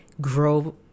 grow